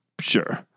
Sure